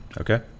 okay